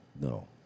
No